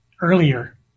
earlier